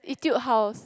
Etude House